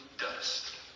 dust